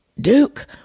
Duke